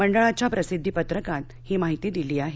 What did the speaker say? मंडळाच्या प्रसिद्धी पत्रकात ही माहिती दिली आहे